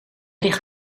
ligt